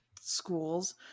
schools